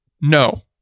No